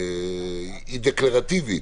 היא דקלרטיבית,